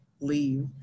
leave